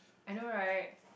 I know right